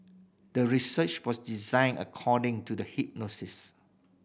the research was designed according to the hypothesis